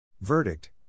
Verdict